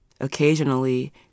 Occasionally